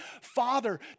Father